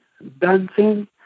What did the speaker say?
dancing